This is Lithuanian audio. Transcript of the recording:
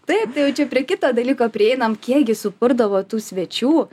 taip tai jau čia prie kito dalyko prieinam kiek gi suburdavo tų svečių